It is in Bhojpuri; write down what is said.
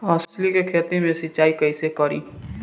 अलसी के खेती मे सिचाई कइसे करी?